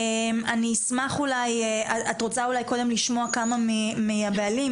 את רוצה אולי קודם לשמוע כמה מהבעלים,